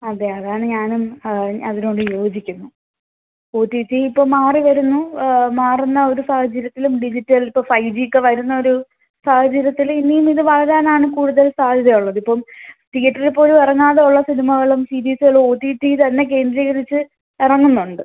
അതെ അതാണ് ഞാനും അതിനോട് യോജിക്കുന്നു ഒ ടി ടി ഇപ്പം മാറി വരുന്നു മാറുന്ന ഒരു സാഹചര്യത്തിലും ഡിജിറ്റൽ ഇപ്പോൾ ഫൈവ് ജി ഒക്കെ വരുന്നൊരു സാഹചര്യത്തിൽ ഇനിയും ഇത് വളരാനാണ് കൂടുതൽ സാധ്യത ഉള്ളത് ഇപ്പം തീയേറ്ററിൽ പോലും ഇറങ്ങാതെ ഉള്ള സിനിമകളും സിരീസുകളും ഒ ടി ടി തന്നെ കേന്ദ്രീകരിച്ച് ഇറങ്ങുന്നുണ്ട്